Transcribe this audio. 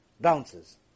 bounces